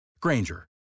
Granger